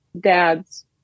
dad's